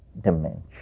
dimension